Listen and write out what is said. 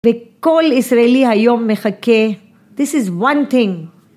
וכל ישראלי היום מחכה. This is one thing